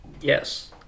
Yes